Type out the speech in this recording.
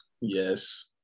Yes